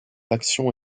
l’action